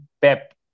Pep